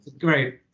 great